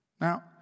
Now